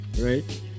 Right